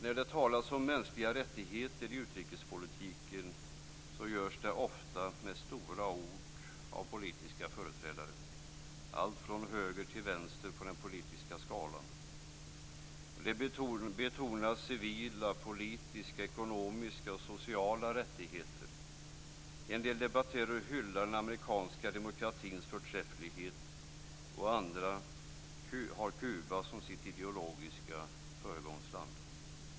När det talas om mänskliga rättigheter i utrikespolitiken görs det ofta med stora ord av företrädare alltifrån höger till vänster på den politiska skalan. Civila, politiska, ekonomiska och sociala rättigheter betonas. En del debattörer hyllar den amerikanska demokratins förträfflighet, andra har Kuba som sitt ideologiska föregångsland.